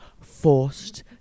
forced